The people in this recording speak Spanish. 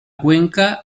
cuenca